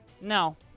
No